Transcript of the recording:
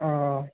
औ